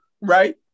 right